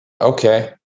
okay